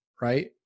right